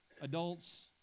adults